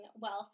wealth